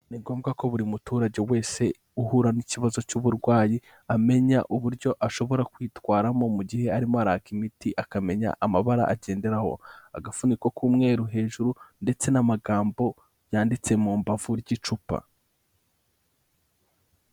Ni ngombwa ko buri muturage wese uhura n'ikibazo cy'uburwayi, amenya uburyo ashobora kwitwaramo mu gihe arimo araka imiti, akamenya amabara agenderaho. Agafuniko k'umweru hejuru ndetse n'amagambo yanditse mu mbavu ry'icupa.